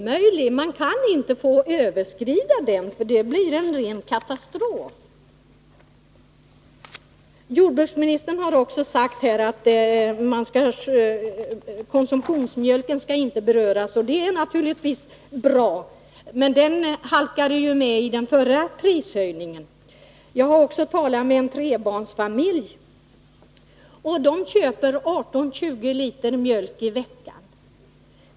Man kan inte överskrida den — det blir en ren katastrof. Jordbruksministern har också sagt att konsumtionsmjölken inte skall beröras. Det är naturligtvis bra, men den halkade med i den förra prishöjningen. Jag har talat med en trebarnsfamilj. Den köper 18-20 liter mjölk i veckan.